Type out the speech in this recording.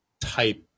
type